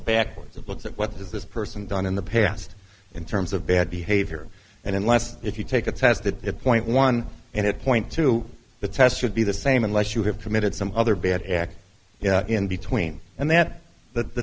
backwards of looks at what does this person done in the past in terms of bad behavior and unless if you take a test that point one and it point to the test should be the same unless you have committed some other bad act you know in between and that th